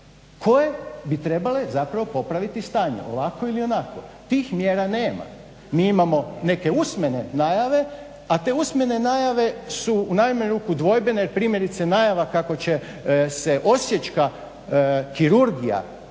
koje bi trebale zapravo popraviti stanje ovako ili onako. Tih mjera nema. Mi imamo neke usmene najave, a te usmene najave su u najmanju ruku dvojbene, jer primjerice najava kako će se Osječka kirurgija,